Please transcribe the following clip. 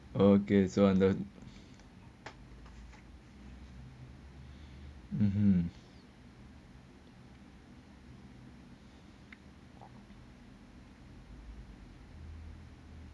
okay mmhmm